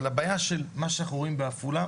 אבל הבעיה של מה שאנחנו רואים בעפולה,